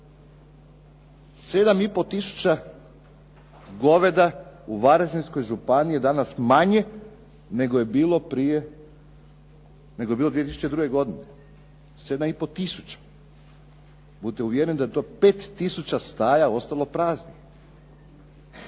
goveda u Varaždinskoj županiji je danas manje nego je bilo 2002. godine, 7,5 tisuća. Budite uvjereni da je to 5 tisuća staja ostalo praznih.